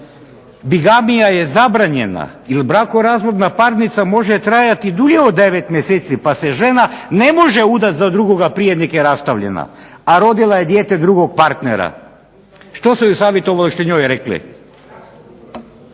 bigamija je zabranjena jer brakorazvodna parnica može trajati dulje od 9 mjeseci pa se žena ne može udati za drugoga prije nego što je rastavljena, a rodila je dijete drugog partnera. Što su u savjetovalištu njoj rekli?